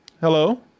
Hello